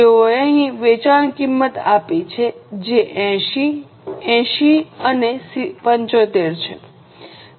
તેઓએ અહીં વેચાણ કિંમત આપી છે જે 80 8૦ અને 75 છે